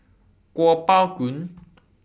Kuo Pao Kun